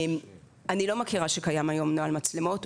אני לא מכירה שקיים היום נוהל מצלמות.